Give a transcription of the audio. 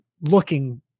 looking